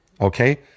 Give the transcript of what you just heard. okay